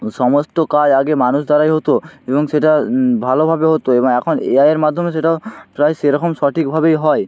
সমস্ত কাজ আগে মানুষ দ্বারাই হতো এবং সেটা ভালোভাবে হতো এবং এখন এআইয়ের মাধ্যমে সেটা প্রায় সেরকম সঠিকভাবেই হয়